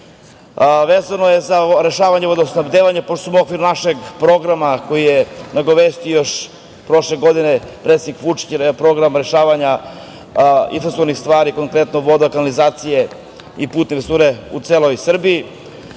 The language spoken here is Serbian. vezano za rešavanje vodosnabdevanja, pošto smo u okviru našeg programa koji je nagovestio još prošle godine predsednik Vučić, program rešavanja infrastrukturnih stvari, konkretno, vode, kanalizacije i putevi … u celoj Srbiji. Apropo